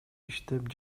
иштеп